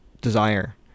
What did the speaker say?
desire